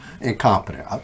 Incompetent